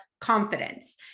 confidence